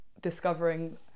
discovering